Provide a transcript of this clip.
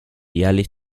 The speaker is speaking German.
jährlich